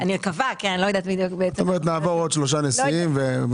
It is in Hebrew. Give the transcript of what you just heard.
נעבור עוד שלושה נשיאים ונראה.